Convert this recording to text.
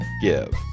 give